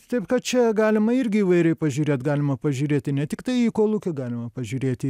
taip kad čia galima irgi įvairiai pažiūrėt galima pažiūrėti ne tiktai į kolūkį galima pažiūrėti